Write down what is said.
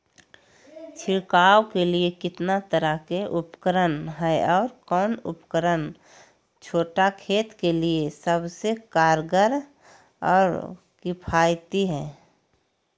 छिड़काव के लिए कितना तरह के उपकरण है और कौन उपकरण छोटा खेत के लिए सबसे कारगर और किफायती है?